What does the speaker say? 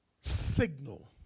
signal